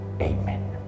Amen